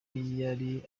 yari